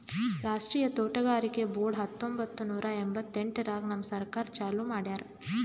ರಾಷ್ಟ್ರೀಯ ತೋಟಗಾರಿಕೆ ಬೋರ್ಡ್ ಹತ್ತೊಂಬತ್ತು ನೂರಾ ಎಂಭತ್ತೆಂಟರಾಗ್ ನಮ್ ಸರ್ಕಾರ ಚಾಲೂ ಮಾಡ್ಯಾರ್